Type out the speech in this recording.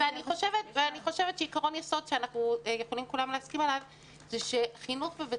אני חושבת שעיקרון יסוד שאנחנו יכולים כולם להסכים עליו זה שחינוך בבית